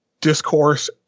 discourse